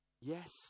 Yes